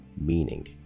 Meaning